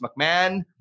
McMahon